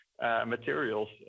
materials